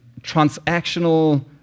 transactional